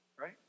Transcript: right